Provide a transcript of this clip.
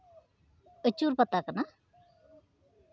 ᱟᱹᱪᱩᱨ ᱯᱟᱛᱟ ᱠᱟᱱᱟ